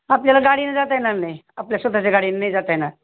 आपल्याला गाडीनी जाता येणार नाही आपल्या स्वतःच्या गाडीने नाही जाता येणार